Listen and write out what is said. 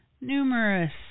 numerous